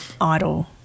idol